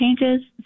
changes